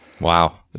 Wow